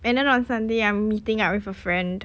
and then on sunday I'm meeting up with a friend